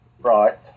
right